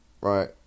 Right